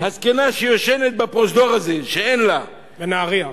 הזקנה שישנה בפרוזדור הזה, מנהרייה.